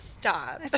Stop